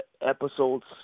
episodes